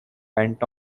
went